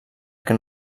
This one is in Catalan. que